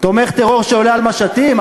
תומך טרור שעולה על משטים?